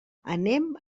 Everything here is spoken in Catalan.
anem